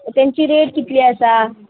तेंची रेट कितली आसा